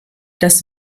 das